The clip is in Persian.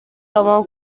روان